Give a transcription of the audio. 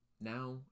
now